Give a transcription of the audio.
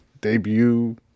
debut